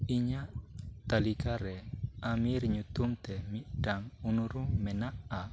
ᱤᱧᱟᱹᱜ ᱛᱟᱹᱞᱤᱠᱟ ᱨᱮ ᱟᱢᱤᱨ ᱧᱩᱛᱩᱢ ᱛᱮ ᱢᱤᱫᱴᱟᱝ ᱩᱱᱩᱨᱩᱢ ᱢᱮᱱᱟᱜᱼᱟ